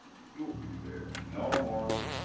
you'll be there. no, morgan.